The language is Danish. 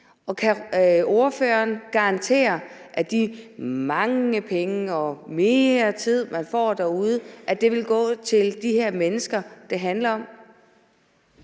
Kan ordføreren garantere, at de mange penge og mere tid, man får derude, vil gå til de her mennesker, det handler om?